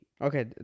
Okay